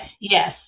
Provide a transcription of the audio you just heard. Yes